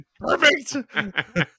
Perfect